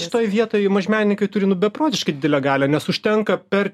šitoje vietoj mažmenininkai turi nu beprotiškai didelę galią nes užtenka per